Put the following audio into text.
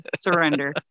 surrender